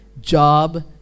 job